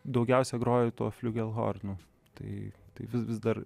daugiausia groju tuo fliugelhornu tai vis vis dar